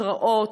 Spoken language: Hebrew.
התראות,